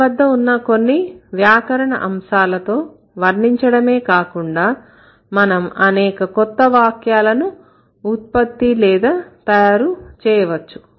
మన వద్ద ఉన్న కొన్ని వ్యాకరణ అంశాలతో వర్ణించడమే కాకుండా మనం అనేక కొత్త వాక్యాలను ఉత్పత్తి లేదా తయారు చేయవచ్చు